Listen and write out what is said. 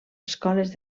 escoles